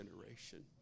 generation